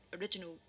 original